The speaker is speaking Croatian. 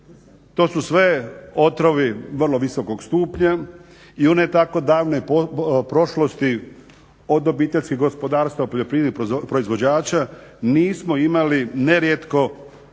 To su sve otrovi vrlo visokog stupnja i u ne tako davnoj prošlosti od obiteljskih gospodarstava, poljoprivrednih proizvođača nismo imali nerijetko